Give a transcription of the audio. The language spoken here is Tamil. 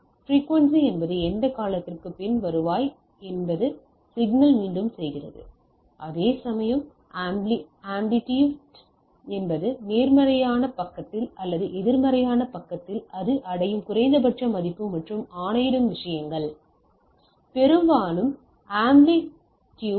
பிரிக்குவென்சி என்பது எந்த காலத்திற்குப் பின் வருவாய் என்பது சிக்னல் மீண்டும் செய்கிறது அதேசமயம் ஆம்ப்ளிடியூட்ஸ் என்பது நேர்மறையான பக்கத்தில் அல்லது எதிர்மறையான பக்கத்தில் அது அடையும் குறைந்தபட்ச மதிப்பு மற்றும் ஆணையிடும் விஷயங்கள் அதிகபட்ச நேரம் 0845 பொருட்களின் ஆம்ப்ளிடியூட்ஸ்